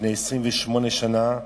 לפני 28 שנה,